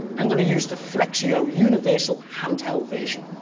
i'm gonna use the flexio universal handheld version.